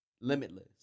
Limitless